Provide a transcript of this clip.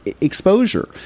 exposure